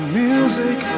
music